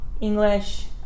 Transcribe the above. English